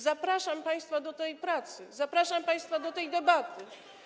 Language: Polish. Zapraszam państwa do tej pracy, zapraszam państwa do tej debaty.